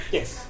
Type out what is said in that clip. Yes